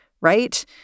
right